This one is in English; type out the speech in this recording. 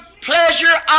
pleasure